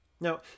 Now